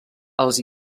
els